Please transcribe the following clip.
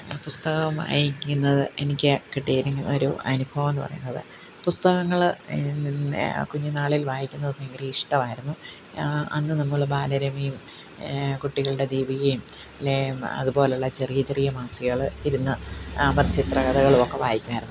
പുസ്തകം വായിക്കുന്നത് എനിക്ക് കിട്ടിയിരിക്കുന്ന ഒരു അനുഭവം എന്ന് പറയുന്നത് പുസ്തകങ്ങൾ കുഞ്ഞിനാളിൽ വായിക്കുന്നത് ഭയങ്കര ഇഷ്ടവായിരുന്നു അന്ന് നമ്മൾ ബാലരമയും കുട്ടികളുടെ ദീപികയും പിന്നെ അതുപോലുള്ള ചെറിയ ചെറിയ മാസികകൾ ഇരുന്ന് അമർചിത്ര കഥകളുവൊക്കെ വായിക്കുവായിരുന്നു